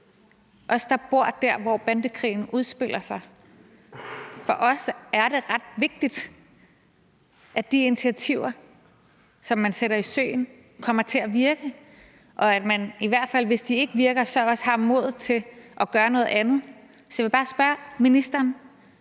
os, der bor der, hvor bandekrigen udspiller sig, er det ret vigtigt, at de initiativer, som man sætter i søen, kommer til at virke, og at man i hvert fald, hvis de ikke virker, så også har modet til at gøre noget andet. Så jeg vil bare spørge ministeren: